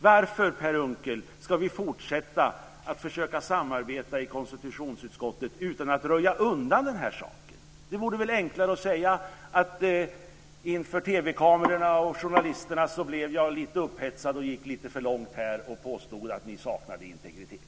Varför Per Unckel ska vi fortsatt försöka samarbeta i konstitutionsutskottet utan att röja undan den här saken? Det vore väl enklare att säga: Inför TV kamerorna och journalisterna blev jag lite upphetsad och gick lite för långt här när jag påstod att ni saknade integritet.